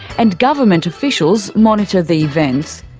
and government officials monitor the events.